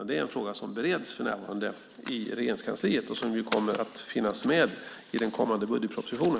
Det är en fråga som för närvarande bereds i Regeringskansliet och som kommer att finnas med i den kommande budgetpropositionen.